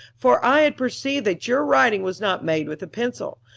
for i had perceived that your writing was not made with a pencil,